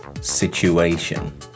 situation